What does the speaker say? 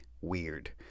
weird